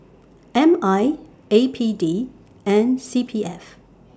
M I A P D and C P F